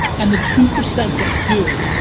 and the two percent that do,